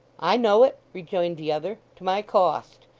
i know it rejoined the other, to my cost.